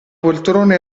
poltrona